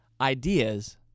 ideas